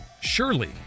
Surely